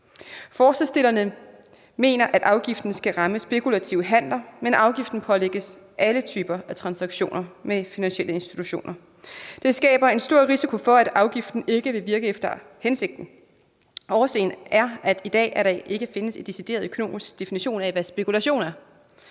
Forslagsstillerne mener, at afgiften skal ramme spekulative handler, men afgiften pålægges alle typer af transaktioner med finansielle institutioner. Det skaber en stor risiko for, at afgiften ikke vil virke efter hensigten. Årsagen er, at der i dag ikke findes en decideret økonomisk definition af, hvad spekulation er.